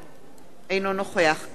אינו נוכח אליהו ישי,